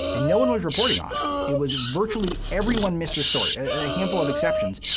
and no one was reporting on it. it was virtually everyone missed the story. a handful of exceptions.